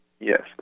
Yes